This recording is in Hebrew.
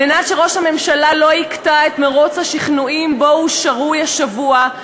כדי שראש הממשלה לא יקטע את מירוץ השכנועים שבו הוא שרוי השבוע,